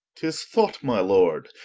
tis thought, my lord,